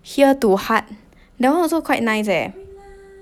here too heart that one also quite nice eh